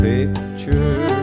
Picture